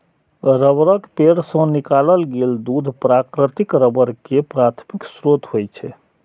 रबड़क पेड़ सं निकालल गेल दूध प्राकृतिक रबड़ के प्राथमिक स्रोत होइ छै